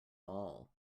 all